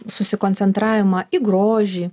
susikoncentravimą į grožį